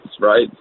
right